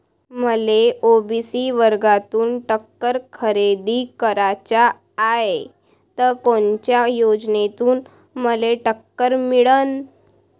मले ओ.बी.सी वर्गातून टॅक्टर खरेदी कराचा हाये त कोनच्या योजनेतून मले टॅक्टर मिळन?